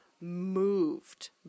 moved